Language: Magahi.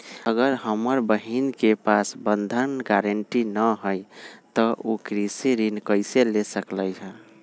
अगर हमर बहिन के पास बंधक गरान्टी न हई त उ कृषि ऋण कईसे ले सकलई ह?